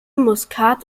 muskat